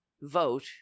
vote